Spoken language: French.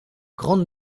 grande